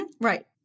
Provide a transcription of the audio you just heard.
Right